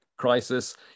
crisis